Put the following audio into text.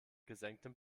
gesenktem